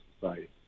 society